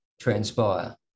transpire